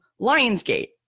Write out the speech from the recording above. Lionsgate